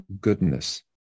goodness